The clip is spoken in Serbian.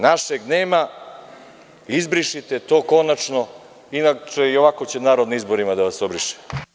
Našeg nema, izbrišite to konačno, inače i ovako će narod na izborima da vas obriše.